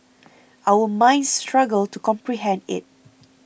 our minds struggle to comprehend it